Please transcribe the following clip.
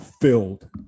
filled